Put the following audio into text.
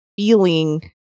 feeling